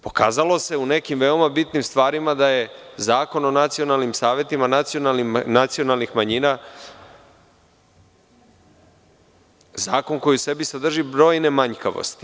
Pokazalo se u nekim veoma bitnim stvarima da je Zakon o nacionalnim savetima nacionalnih manjina zakon koji u sebi sadrži brojne manjkavosti.